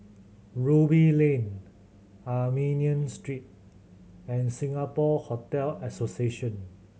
Ruby Lane Armenian Street and Singapore Hotel Association